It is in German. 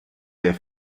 der